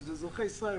שהם אזרחי ישראל,